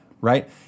Right